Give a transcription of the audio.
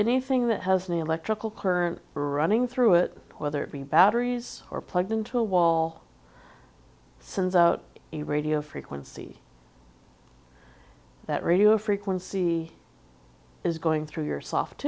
anything that has an electrical current running through it whether it be batteries or plugged into a wall sends out a radio frequency that radio frequency is going through your soft